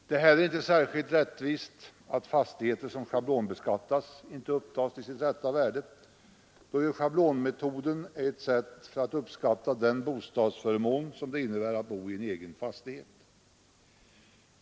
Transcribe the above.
Det är heller inte särskilt rättvist att fastigheter som schablonbeskattas inte upptas till sitt rätta värde, då ju schablonmetoden är ett sätt att beskatta den bostadsförmån som det innebär att bo i en egen fastighet.